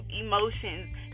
emotions